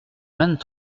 vingt